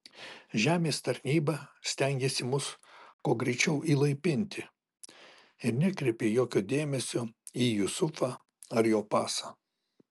žemės tarnyba stengėsi mus kuo greičiau įlaipinti ir nekreipė jokio dėmesio į jusufą ar jo pasą